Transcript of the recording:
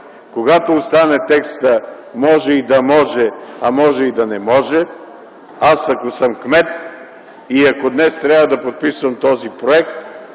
Когато остане текстът: „Може и да може, а може и да не може”, аз ако съм кмет и ако днес трябва да подписвам този проект,